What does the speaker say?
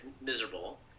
miserable